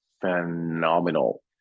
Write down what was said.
phenomenal